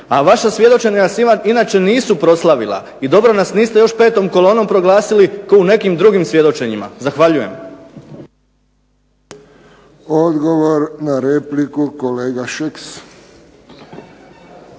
A vaša svjedočenja inače nisu proslavila i dobro nas niste 5. kolonom proglasili kao u nekim drugim svjedočenjima. Zahvaljujem. **Friščić, Josip (HSS)** Odgovor na repliku kolega Šeks.